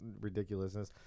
ridiculousness